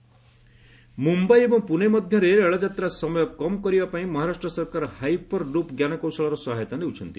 ମହା ହାଇପର୍ଲୁପ୍ ମୁମ୍ବାଇ ଏବଂ ପୁଣେ ମଧ୍ୟରେ ରେଳଯାତ୍ରା ସମୟ କମ୍ କରିବା ପାଇଁ ମହାରାଷ୍ଟ୍ର ସରକାର ହାଇପର୍ ଲୁପ୍ ଜ୍ଞାନ କୌଶଳର ସହାୟତା ନେଉଛନ୍ତି